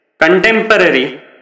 Contemporary